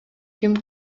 ким